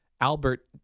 Albert